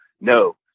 No